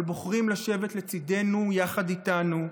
אבל בוחרים לשבת לצידנו, יחד איתנו,